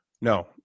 No